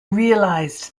realised